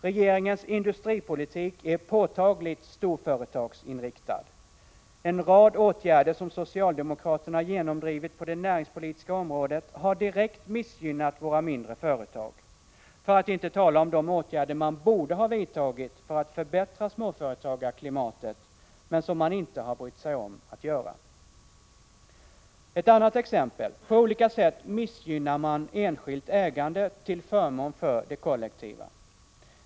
Regeringens industripolitik är påtagligt storföretagsinriktad. En rad åtgärder som socialdemokraterna genomdrivit på det näringspolitiska området har direkt missgynnat våra mindre företag — för att inte tala om de åtgärder som man borde ha vidtagit för att förbättra småföretagarklimatet, men som man inte har brytt sig om. Ett annat exempel: På olika sätt missgynnar man enskilt ägande till förmån för det kollektiva.